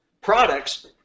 products